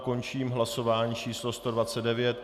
Končím hlasování číslo 129.